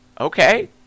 Okay